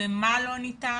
ומה לא ניתן?